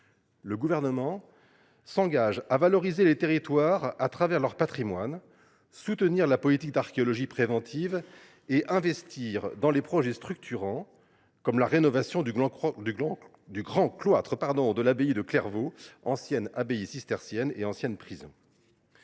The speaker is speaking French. Le Gouvernement s’engage à valoriser les territoires au travers de leur patrimoine, à soutenir la politique d’archéologie préventive et à investir dans des projets structurants comme la rénovation du grand cloître de l’abbaye de Clairvaux, ancienne abbaye cistercienne et ancienne prison.